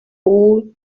all